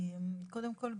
קודם כל,